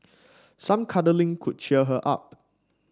some cuddling could cheer her up